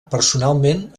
personalment